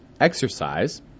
Exercise